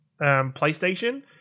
PlayStation